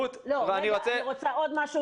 אני רוצה להגיד עוד משהו.